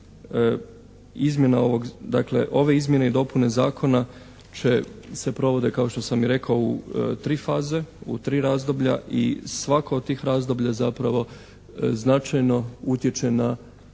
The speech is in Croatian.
dakle ove izmjene i dopune zakona se provode kao što sam rekao u tri faze, u tri razdoblja i svako od tih razdoblja zapravo značajno utječe na situaciju